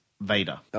Vader